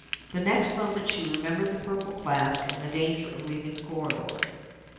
the next moment she remembered the purple flask, and the danger of leaving the corridor.